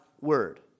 word